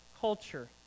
culture